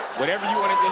whatever you wanted